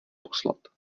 poslat